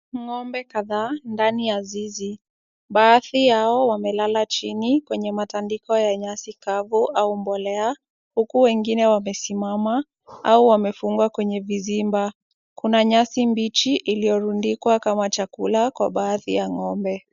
Ng'ombe kadhaa ndani ya zizi. Baadhi yao wamelala chini kwenye matandiko ya nyasi kavu au mbolea huku wengine wamesimama au wamefungwa kwenye vizimba. Kuna nyasi mbichi iliyorundikwa kama chakula kwa baadhi ya ng'ombe.